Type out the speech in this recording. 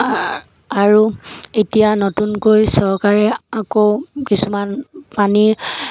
আৰু এতিয়া নতুনকৈ চৰকাৰে আকৌ কিছুমান পানীৰ